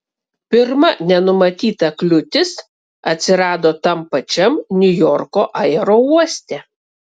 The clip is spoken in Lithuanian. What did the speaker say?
pirma nenumatyta kliūtis atsirado tam pačiam niujorko aerouoste